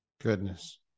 Goodness